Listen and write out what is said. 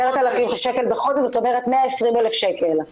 10,000 שקל בחודש, זאת אומרת 120,000 שקל.